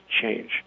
change